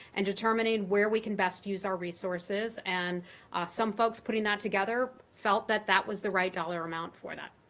and determining where we can best use our resources. and some folks putting that together felt that that was the right dollar amount for that.